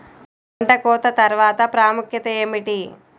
పంట కోత తర్వాత ప్రాముఖ్యత ఏమిటీ?